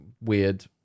weird